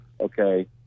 okay